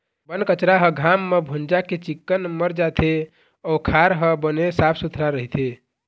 बन कचरा ह घाम म भूंजा के चिक्कन मर जाथे अउ खार ह बने साफ सुथरा रहिथे